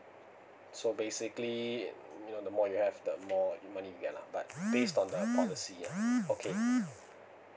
so basically the more you have the more money but based on the policy okay